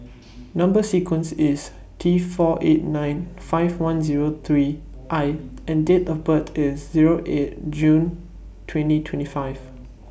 Number sequences IS T four eight nine five one Zero three I and Date of birth IS Zero eight June twenty twenty five